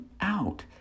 out